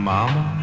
Mama